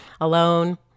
alone